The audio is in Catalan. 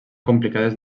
complicades